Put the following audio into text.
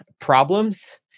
problems